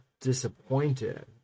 disappointed